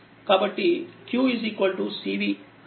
కాబట్టిqcvఅని ఇది తెలుసుకోవాలి